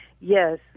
Yes